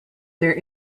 there